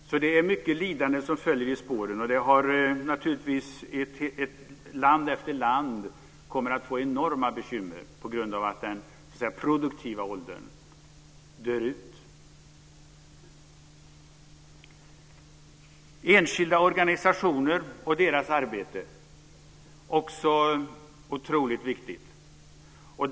Mycket lidande följer i spåren av detta. Land efter land kommer att få enorma bekymmer på grund av att den produktiva generationen dör ut. Enskilda organisationer och deras arbete är också otroligt viktigt.